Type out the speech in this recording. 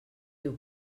diu